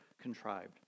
contrived